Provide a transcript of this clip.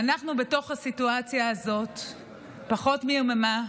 שאנחנו בתוך הסיטואציה הזאת פחות מיממה,